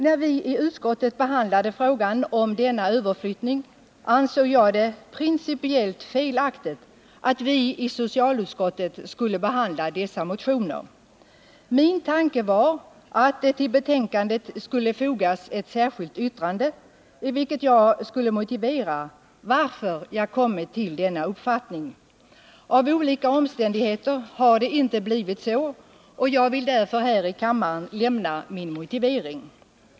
När vi i utskottet behandlade frågan om denna överflyttning ansåg jag det principiellt felaktigt att vi i socialutskottet skulle behandla dessa motioner. Min tanke var att vid betänkandet foga ett särskilt yttrande, i vilket jag skulle motivera varför jag kommit fram till denna uppfattning. Genom olika omständigheter har det inte blivit så, och jag vill därför lämna min motivering här i kammaren.